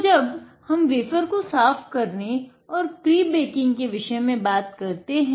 तो जब हम वेफर को साफ़ करने औए प्री बेकिंग के बारे में बात करते हैं